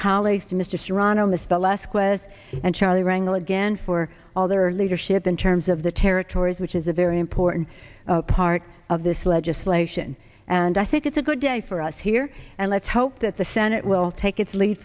colleagues to mr serrano misspell esquire's and charlie rangle again for all their leadership in terms of the territories which is a very important part of this legislation and i think it's a good day for us here and let's hope that the senate will take its lead